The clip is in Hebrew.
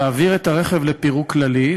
להעביר את הרכב לפירוק כללי,